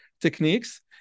techniques